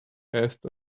passed